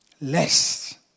less